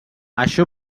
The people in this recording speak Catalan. això